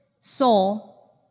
soul